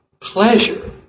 Pleasure